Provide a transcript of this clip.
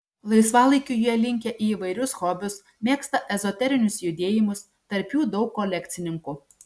laisvalaikiu jie linkę į įvairius hobius mėgsta ezoterinius judėjimus tarp jų daug kolekcininkų